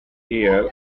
ear